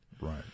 Right